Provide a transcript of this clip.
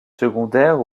secondaires